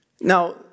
Now